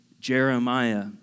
Jeremiah